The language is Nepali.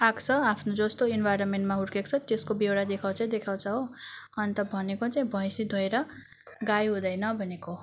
आएको छ आफ्नो जस्तो इन्भाइरोमेन्टमा हुुर्केको छ त्यसको बेहोरा देखाउँछै देखाउँछ हो अन्त भनेको चाहिँ भैँसी धोएर गाई हुँदैन भनेको हो